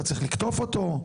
אתה צריך לקטוף אותו.